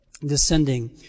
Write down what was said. descending